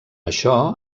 això